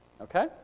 Okay